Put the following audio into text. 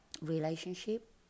relationship